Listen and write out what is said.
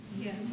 Yes